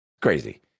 crazy